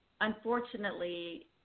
unfortunately